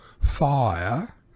fire